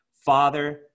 Father